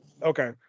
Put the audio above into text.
Okay